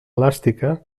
elàstica